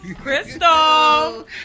Crystal